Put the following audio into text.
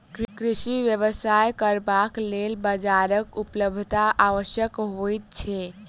कृषि व्यवसाय करबाक लेल बाजारक उपलब्धता आवश्यक होइत छै